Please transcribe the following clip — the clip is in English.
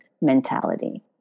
mentality